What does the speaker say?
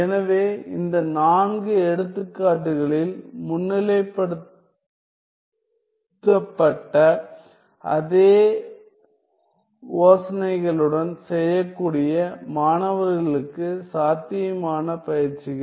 எனவே இந்த நான்கு எடுத்துக்காட்டுகளில் முன்னிலைப்படுத்தப்பட்ட அதே யோசனைகளுடன் செய்யக்கூடிய மாணவர்களுக்கு சாத்தியமான பயிற்சிகள்